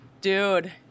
Dude